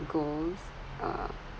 goals err